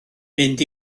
mynd